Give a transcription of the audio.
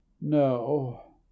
No